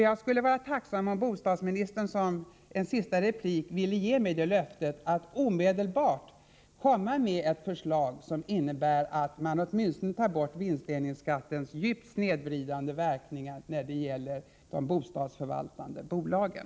Jag skulle vara tacksam om bostadsministern som en sista replik ville ge mig löftet att han omedelbart skall komma med ett förslag som innebär att man åtminstone tar bort vinstdelningsskattens djupt snedvridande verkningar när det gäller de bostadsförvaltande bolagen.